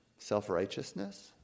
Self-righteousness